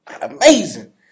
amazing